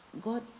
God